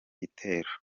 gitero